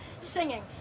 singing